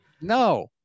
No